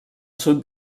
sud